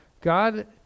God